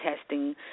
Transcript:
testing